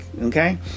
Okay